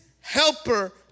helper